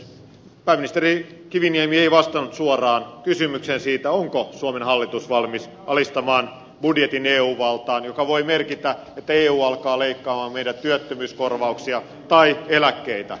pääministeri kiviniemi ei vastannut suoraan kysymykseen siitä onko suomen hallitus valmis alistamaan budjetin eu valtaan mikä voi merkitä että eu alkaa leikata meidän työttömyyskorvauksia tai eläkkeitä